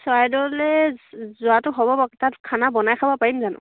চৰাইদেউলৈ যোৱাটো হ'ব বাৰু তাত খানা বনাই খাব পাৰিম জানো